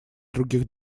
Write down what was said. других